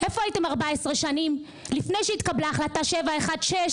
איפה הייתם 14 שנים, לפני שהתקבלה החלטה 716,